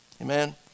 amen